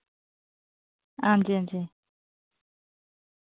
हां जी हां जी